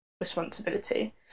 responsibility